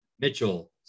Mitchell